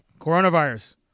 coronavirus